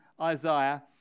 Isaiah